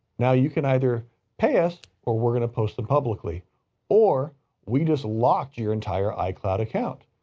now you can either pay us or we're going to post them publicly or we just locked your entire icloud account,